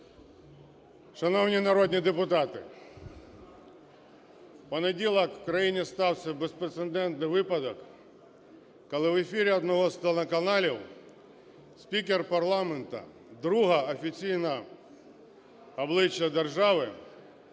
Шановні народні депутати, в понеділок в країні стався безпрецедентний випадок, коли в ефірі одного з телеканалів спікер парламенту, друге офіційне обличчя держави,